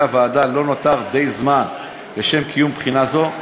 הוועדה לא נותר די זמן לשם קיום בחינה זו,